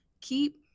keep